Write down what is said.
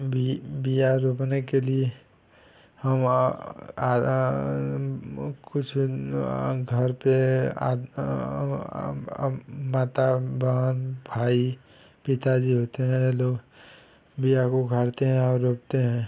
B बीआ रोपने के लिए कुछ घर पर माता बहन भाई पिताजी होते हैं लोग बीआ को उखाड़ते हैं और रोपते हैं